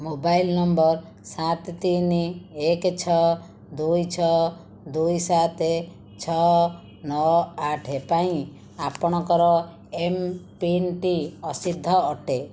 mobile number ସାତ ତିନି ଏକ ଛଅ ଦୁଇ ଛଅ ଦୁଇ ସାତ ଛଅ ନଅ ଆଠ ପାଇଁ ଆପଣଙ୍କର ଏମ୍ପିନ୍ଟି ଅସିଦ୍ଧ ଅଟେ